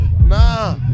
Nah